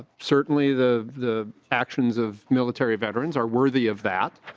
certainly the actions of military veterans are worthy of that.